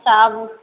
अच्छा आबू